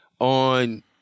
on